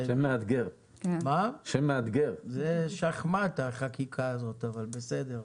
זה שחמט החקיקה הזאת, אבל בסדר.